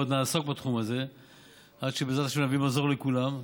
עוד נעסוק בתחום הזה עד שבעזרת השם נביא מזור לכולם.